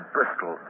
Bristol